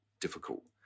difficult